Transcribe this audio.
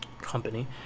company